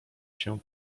się